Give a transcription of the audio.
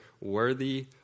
worthy